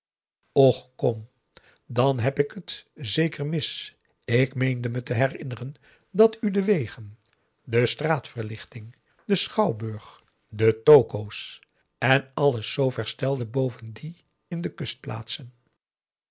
och kom dan heb ik t zeker mis ik meende me te herinneren dat u de wegen de straatverlichting den schouwburg de toko's en alles zoover stelde boven die in de